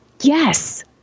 Yes